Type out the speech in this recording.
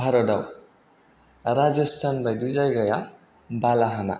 भारताव राजस्थान बायदि जायगाया बालाहामा